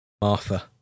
Martha